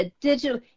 digital